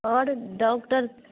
आओर डॉकटर